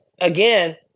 again